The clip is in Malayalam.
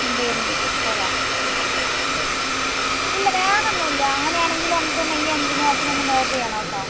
പേരും ഡീറ്റൈൽസും അല്ലേ ഇല്ല വേറെ ഒന്നും ഇല്ല അങ്ങനെ ആണെങ്കിൽ നമുക്ക് മെയ് അഞ്ചിന് അച്ചൻ ഒന്ന് നോട്ട് ചെയ്യണം കേട്ടോ